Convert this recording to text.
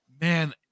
man